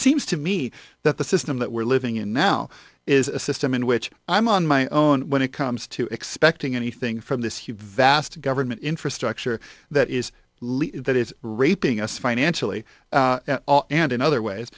seems to me that the system that we're living in now is a system in which i'm on my own when it comes to expecting anything from this huge vast government infrastructure that is that is raping us financially and in other ways